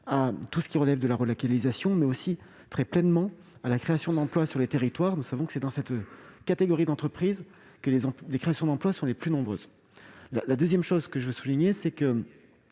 à tout ce qui relève de la relocalisation, mais aussi, pleinement, à la création d'emploi sur les territoires. C'est dans cette catégorie d'entreprises que les créations d'emplois sont les plus nombreuses. Troisièmement, je veux souligner que